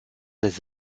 des